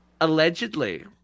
Allegedly